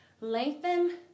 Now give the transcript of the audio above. lengthen